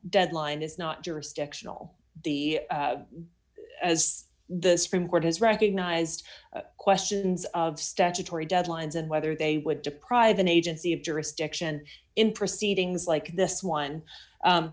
deadline is not jurisdictional the d as the supreme court has recognized questions of statutory deadlines and whether they would deprive an agency of jurisdiction in proceedings like this one